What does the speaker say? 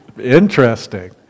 Interesting